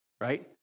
right